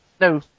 No